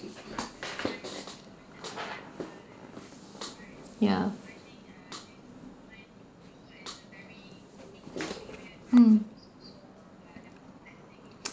ya mm